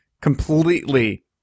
completely